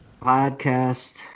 podcast